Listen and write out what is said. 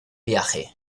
viaje